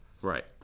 Right